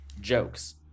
jokes